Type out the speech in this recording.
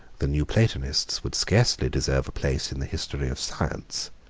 the new platonists would scarcely deserve a place in the history of science,